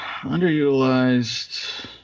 underutilized